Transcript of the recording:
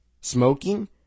Smoking